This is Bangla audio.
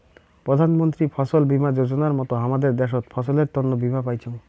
প্রধান মন্ত্রী ফছল বীমা যোজনার মত হামাদের দ্যাশোত ফসলের তন্ন বীমা পাইচুঙ